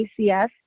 ACS